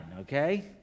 okay